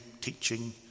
teaching